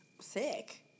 Sick